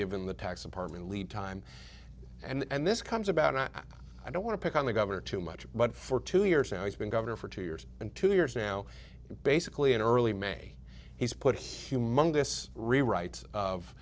given the tax apartment lead time and this comes about i don't want to pick on the governor too much but for two years now he's been governor for two years and two years now basically in early may he's put humongous rewrites of